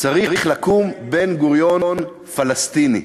צריך לקום בן-גוריון פלסטיני.